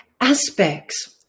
aspects